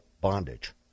bondage